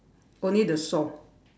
only the saw